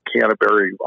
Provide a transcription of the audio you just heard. Canterbury